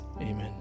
Amen